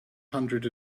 hundred